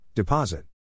Deposit